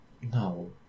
No